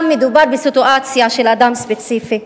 מדובר בסיטואציה של אדם ספציפי,